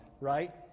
right